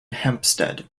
hempstead